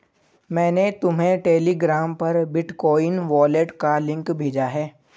मैंने तुम्हें टेलीग्राम पर बिटकॉइन वॉलेट का लिंक भेजा है